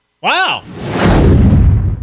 wow